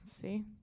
see